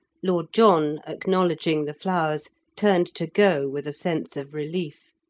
lord john, acknowledging the flowers, turned to go with a sense of relief.